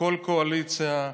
הכול קואליציה,